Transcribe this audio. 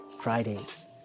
Fridays